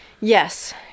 Yes